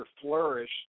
flourished